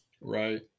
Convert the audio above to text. Right